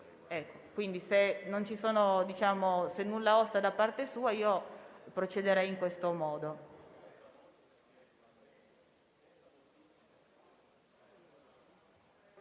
Quindi, se nulla osta da parte sua, io procederei in questo modo.